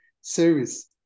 service